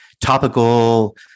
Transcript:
topical